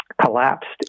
collapsed